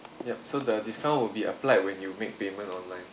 yup so the discount will be applied when you make payment online